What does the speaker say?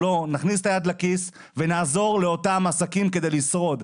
נכניס את היד לכיס ונעזור לעסקים לשרוד.